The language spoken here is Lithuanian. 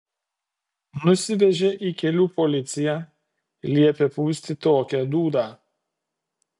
nusivežė į kelių policiją liepė pūsti tokią dūdą